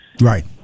Right